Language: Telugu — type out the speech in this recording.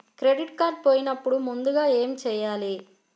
క్రెడిట్ కార్డ్ పోయినపుడు ముందుగా ఏమి చేయాలి?